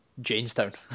Janestown